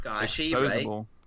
disposable